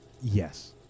Yes